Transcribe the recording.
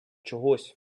чогось